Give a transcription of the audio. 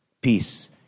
peace